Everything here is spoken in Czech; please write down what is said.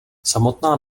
samotná